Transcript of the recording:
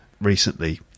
recently